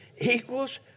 equals